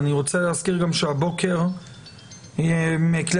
ואני רוצה להזכיר גם שהבוקר למדנו מכלי